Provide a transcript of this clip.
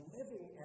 living